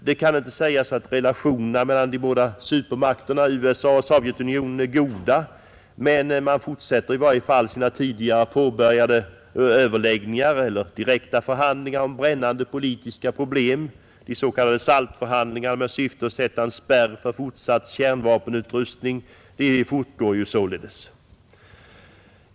Det kan inte sägas att relationerna mellan de båda supermakterna USA och Sovjetunionen är goda, men man fortsätter i varje fall sina tidigare påbörjade överläggningar om brännande politiska problem. De s.k. SALT-förhandlingarna med syfte att sätta en spärr för fortsatt kärnvapenupprustning fortgår.